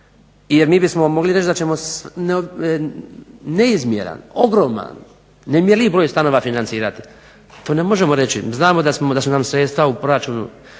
jer mi bismo mogli reći da neizmjeran, ogroman, nemjerljiv broj stanova financirati. To ne možemo reći. Znamo da su nam sredstva u proračunu